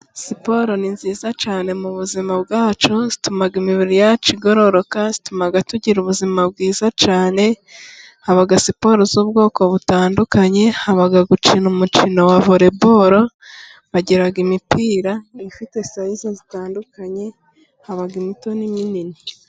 Siporo ni nziza cyane mu buzima bwacu, ituma imibiri yacu igororoka, ituma tugira ubuzima bwiza cyane, haba siporo z'ubwoko butandukanye, haba gukina umukino wa volley ball, bagira imipira ifite sayise zitandukanye, haba imito n'iminini.